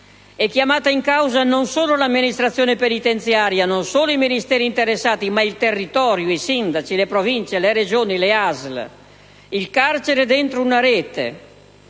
è chiamata in causa non solo l'amministrazione penitenziaria, non solo i Ministeri interessati ma il territorio, i sindaci, le Province, le Regioni, le ASL. Il carcere dentro una rete.